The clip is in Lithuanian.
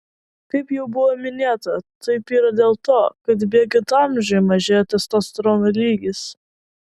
kaip jau buvo minėta taip yra dėl to kad bėgant amžiui mažėja testosterono lygis